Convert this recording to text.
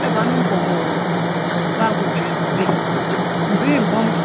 Luba mpomu mpam be kuki mbe mbe yi mpok